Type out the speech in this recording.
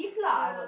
give lah I would